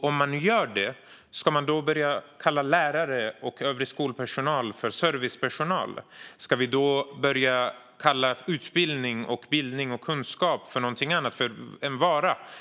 Om man nu gör det undrar jag: Ska man börja kalla lärare och övrig skolpersonal för servicepersonal? Ska vi då börja kalla utbildning, bildning och kunskap för någonting annat?